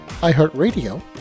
iHeartRadio